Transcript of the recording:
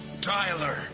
Tyler